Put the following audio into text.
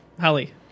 Holly